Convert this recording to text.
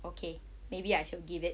okay maybe I should give it